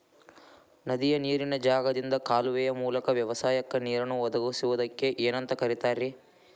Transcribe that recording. ನದಿಯ ನೇರಿನ ಜಾಗದಿಂದ ಕಾಲುವೆಯ ಮೂಲಕ ವ್ಯವಸಾಯಕ್ಕ ನೇರನ್ನು ಒದಗಿಸುವುದಕ್ಕ ಏನಂತ ಕರಿತಾರೇ?